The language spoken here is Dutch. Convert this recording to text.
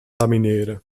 lamineren